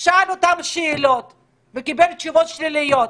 ושאל אותם שאלות וקיבל תשובות שליליות.